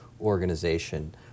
organization